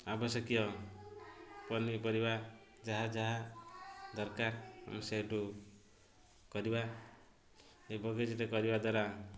ଆବଶ୍ୟକୀୟ ପନିପରିବା ଯାହା ଯାହା ଦରକାର ଆମେ ସେଇଠୁ କରିବା ଏ ବଗିଚାରେ କରିବା ଦ୍ୱାରା